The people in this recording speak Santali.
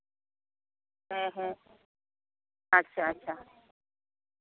ᱦᱮᱸ ᱦᱮᱸ ᱟᱪᱪᱷᱟ ᱟᱪᱪᱷᱟ